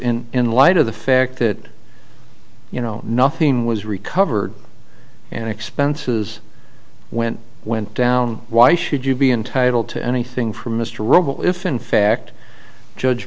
and in light of the fact that you know nothing was recovered and expenses went went down why should you be entitle to anything for mr ruddle if in fact judge